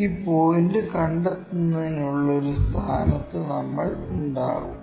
ഈ പോയിന്റ് കണ്ടെത്തുന്നതിനുള്ള ഒരു സ്ഥാനത്ത് നമ്മൾ ഉണ്ടാകും